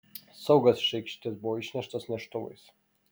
saugas iš aikštės buvo išneštas neštuvais